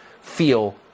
feel